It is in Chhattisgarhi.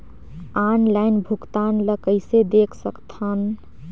ऑनलाइन भुगतान ल कइसे देख सकथन?